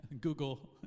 Google